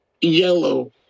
yellow